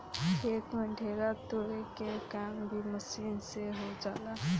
खेत में ढेला तुरे के काम भी मशीन से हो जाला